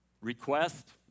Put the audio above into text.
Request